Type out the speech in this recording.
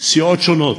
סיעות שונות: